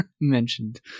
mentioned